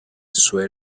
swell